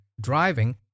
driving